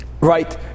right